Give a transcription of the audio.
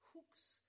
hooks